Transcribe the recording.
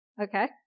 okay